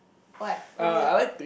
what what do you